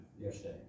yesterday